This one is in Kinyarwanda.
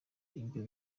ibyo